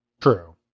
True